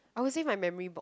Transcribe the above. I using my memory book